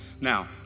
Now